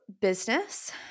business